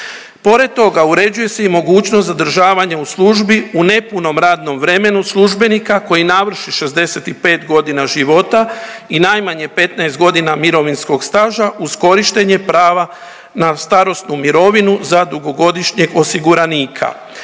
Pored toga uređuje se i mogućnost zadržavanja u službi u nepunom radnom vremenu službenika koji navrši 65 godina života i najmanje 15 godina mirovinskog staža uz korištenje prava na starosnu mirovinu za dugogodišnjeg osiguranika.